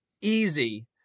easy